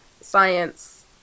science